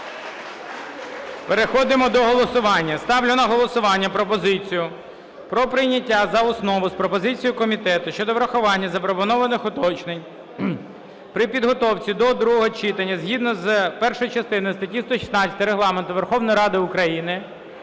Переходимо до голосування. Ставлю на голосування пропозицію про прийняття за основу з пропозицією комітету щодо врахування запропонованих уточнень при підготовці до другого читання згідно з першою частиною статті 116 Регламенту Верховної Ради України